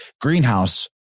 greenhouse